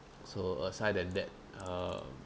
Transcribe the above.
so aside than that uh